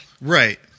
Right